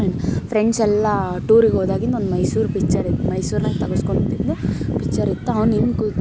ಫ್ರೆಂಡ್ಸೆಲ್ಲ ಟೂರಿಗೋದಾಗಿಂದ ಒಂದು ಮೈಸೂರು ಪಿಚ್ಚರಿತ್ತು ಮೈಸೂರ್ನಾಗ ತಗಸ್ಕೊಂಡಿದಿದ್ದನ್ನ ಪಿಚ್ಚರಿತ್ತ ಅವ್ನು ಹಿಂಗ್ ಕೂತು